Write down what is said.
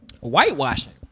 Whitewashing